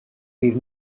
leave